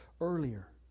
earlier